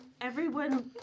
everyone-